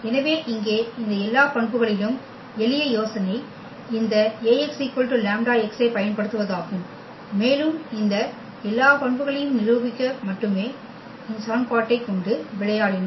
எனவே இங்கே இந்த எல்லா பண்புகளிலும் எளிய யோசனை இந்த Ax λx ஐப் பயன்படுத்துவதாகும் மேலும் இந்த எல்லா பண்புகளையும் நிரூபிக்க மட்டுமே இந்த சமன்பாட்டைக் கொண்டு விளையாடினோம்